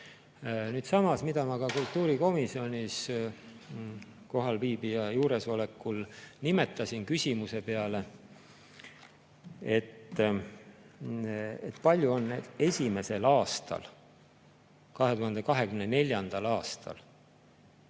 samas, mida ma ka kultuurikomisjonis kohalviibija juuresolekul ütlesin küsimuse peale, et kui palju on esimesel aastal, 2024. aastal